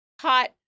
hot